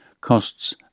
costs